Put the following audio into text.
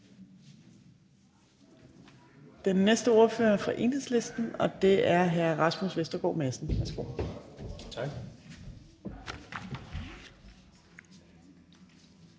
Den næste ordfører er fra Enhedslisten, og det er hr. Rasmus Vestergaard Madsen. Værsgo. Kl.